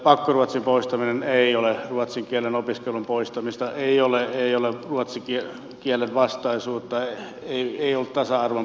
pakkoruotsin poistaminen ei ole ruotsin kielen opiskelun poistamista ei ole ruotsin kielen vastaisuutta ei ole tasa arvon poistamista tai muuta